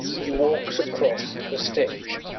he walks across the stage.